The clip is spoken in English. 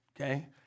okay